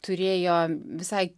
turėjo visai